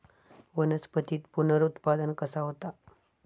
वनस्पतीत पुनरुत्पादन कसा होता?